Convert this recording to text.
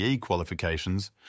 qualifications